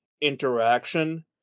interaction